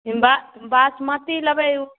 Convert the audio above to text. Himba basmati लेबै ओ